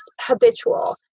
habitual